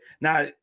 Now